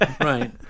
right